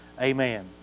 Amen